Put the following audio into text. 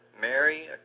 Mary